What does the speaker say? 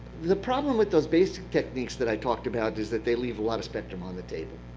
the problem with those basic techniques that i talked about is that they leave a lot of spectrum on the table.